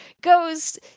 goes